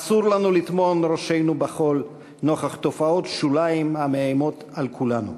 אסור לנו לטמון ראשנו בחול נוכח תופעות שוליים המאיימות על כולנו.